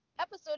episode